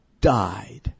died